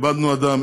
איבדנו אדם,